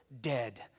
dead